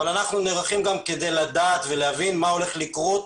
אנחנו גם נערכים כדי לדעת ולהבין מה הולך לקרות